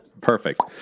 Perfect